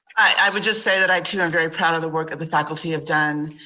i would just say that i too am very proud of the work of the faculty have done.